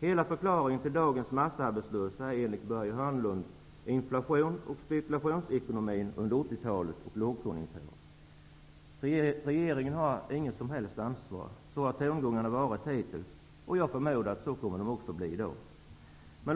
Hela förklaringen till dagens massarbetslöshet är enligt Börje Hörnlund inflationsoch spekulationsekonomin under 1980-talet samt lågkonjunkturen. Regeringen har inget som helst ansvar. Så har tongångarna varit hittills, och så förmodar jag att det kommer att bli också i dag.